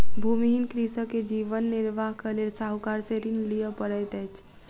भूमिहीन कृषक के जीवन निर्वाहक लेल साहूकार से ऋण लिअ पड़ैत अछि